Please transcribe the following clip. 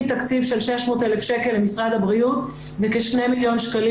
תקציב של 600,000 שקל למשרד הבריאות וכ-2 מיליון שקלים